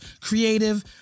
creative